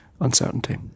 uncertainty